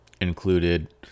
included